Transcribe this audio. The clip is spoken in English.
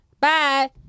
bye